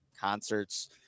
concerts